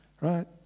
Right